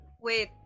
wait